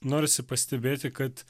norisi pastebėti kad